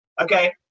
okay